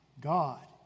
God